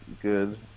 good